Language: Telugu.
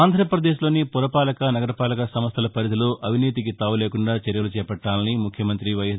ఆంధ్రప్రదేశ్లోని పురపాలక నగరపాలక సంస్థల పరిధిలో అవినీతికి తావులేకుండా చర్యలు చేపట్టాలని ముఖ్యమంత్రి వైఎస్